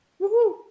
Woohoo